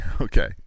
Okay